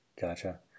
Gotcha